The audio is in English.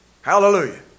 Hallelujah